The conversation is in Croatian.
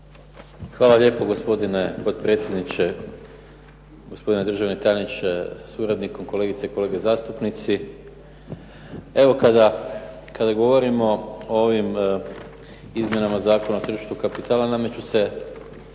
Hvala lijepo gospodine potpredsjedniče, gospodine državni tajniče sa suradnikom, kolegice i kolege zastupnici. Evo kada govorimo o ovim izmjenama Zakona o tržištu kapitala nameću se